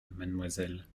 mademoiselle